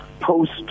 post